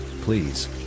please